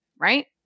right